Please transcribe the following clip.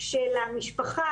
שלמשפחה,